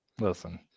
Listen